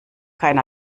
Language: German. kein